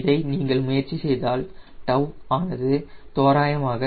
இதை நீங்கள் முயற்சி செய்தால் 𝜏 ஆனது தோராயமாக சுமார் 0